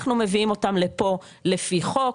אנחנו מביאים אותם לפה לפי חוק,